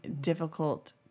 difficult